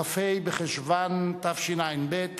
כ"ה בחשוון התשע"ב,